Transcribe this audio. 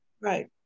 Right